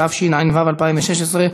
התשע"ו 2016,